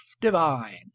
divine